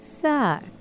suck